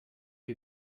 you